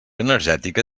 energètica